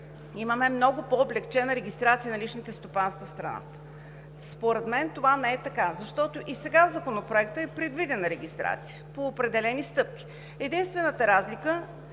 имаме много по-облекчена регистрация на личните стопанства в страната. Според мен това не е така, защото и сега в Законопроекта е предвидена регистрация по определени стъпки. Единствената разлика